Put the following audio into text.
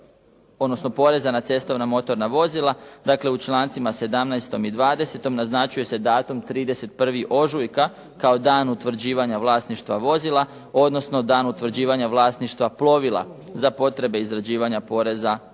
odnosno poreza na cestovna motorna vozila, dakle u člancima 17. i 20. naznačuje se datum 31. ožujka kao dan utvrđivanja vlasništva vozila odnosno dan utvrđivanja vlasništva plovila za potrebe izrađivanja poreza na